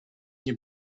nie